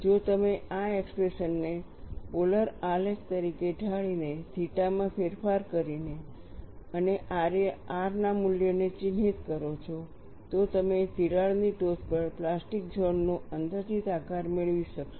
જો તમે આ એક્સપ્રેશનને પોલર આલેખ તરીકે ઢાળીને થીટા માં ફેરફાર કરીને અને rના મૂલ્યોને ચિહ્નિત કરો છો તો તમે તિરાડની ટોચ પર પ્લાસ્ટિક ઝોન નો અંદાજિત આકાર મેળવી શકશો